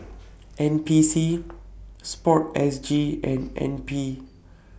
N P C Sport S G and N P